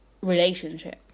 relationship